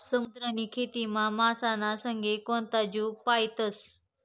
समुद्रनी खेतीमा मासाना संगे कोणता जीव पायतस?